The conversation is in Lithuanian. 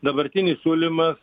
dabartinis siūlymas